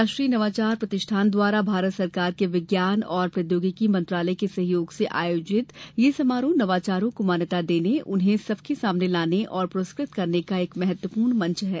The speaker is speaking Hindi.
राष्ट्रीय नवाचार प्रतिष्ठान द्वारा भारत सरकार के विज्ञान और प्रौद्योगिकी मंत्रालय के सहयोग से आयोजित यह समारोह नवाचारों को मान्यता देने उन्हें सबके सामने लाने और पुरस्कृत करने का एक महत्वपूर्ण मंच है